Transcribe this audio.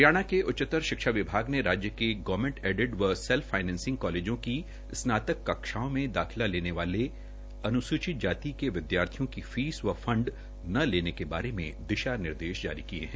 हरियाणा के उच्चतर शिक्षा विभाग ने राज्य के गवर्नमैंट एडिड व सा्रफ फाइनेंसिंग कालेजों की स्नातक कक्षाओं में दाखिला लेने वाले अन्सूचित जाति के विद्यार्थियों की फीस व फंड न लेने के बारे दिशा निर्देश जारी किए हैं